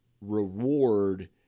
reward